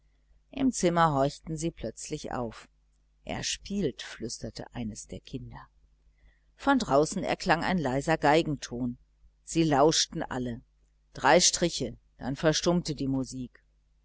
im zimmer horchten sie plötzlich auf er spielt flüsterte eines der kinder von draußen erklang ein leiser geigenton sie lauschten alle drei striche dann verstummte die musik